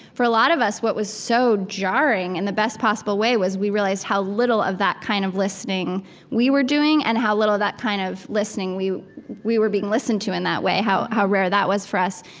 for a lot of us, what was so jarring in and the best possible way was we realized how little of that kind of listening we were doing, and how little that kind of listening we we were being listened to in that way, how how rare that was for us.